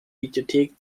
videothek